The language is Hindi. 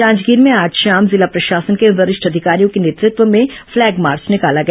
जांजगीर में आज शाम जिला प्रशासन के वरिष्ठ अधिकारियों के नेतृत्व मे फ्लैग मार्च निकाला गया